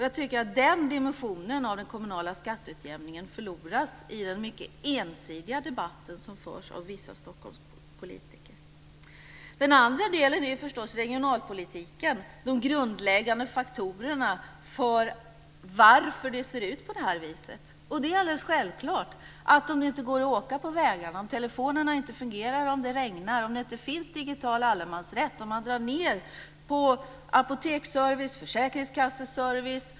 Jag tycker att den dimensionen av den kommunala skatteutjämningen förloras i den mycket ensidiga debatt som förs av vissa Stockholmspolitiker. Den andra delen är förstås regionalpolitiken, de grundläggande faktorerna bakom att det ser ut på det här viset. Det går inte att åka på vägarna, telefonerna fungerar inte om det regnar och det finns ingen digital allemansrätt. Man drar ned på apoteksservice och försäkringskasseservice.